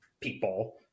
people